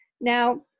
Now